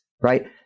right